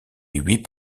huit